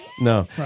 No